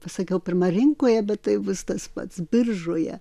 pasakiau pirma rinkoje bet tai bus tas pats biržoje